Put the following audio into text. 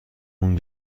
اون